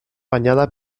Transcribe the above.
banyada